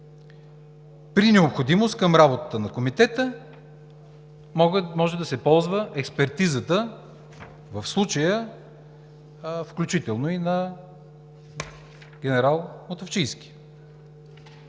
при необходимост за работата на Комитета може да се ползва и експертизата, в случая включително и на генерал Мутафчийски.